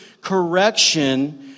correction